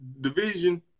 division